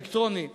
באלקטרוניקה,